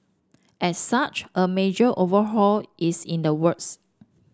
as such a major overhaul is in the works